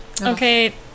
okay